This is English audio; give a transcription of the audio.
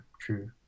true